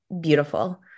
beautiful